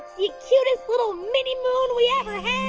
you cutest little mini-moon we ever had